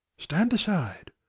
stand aside.